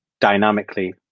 dynamically